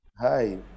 hi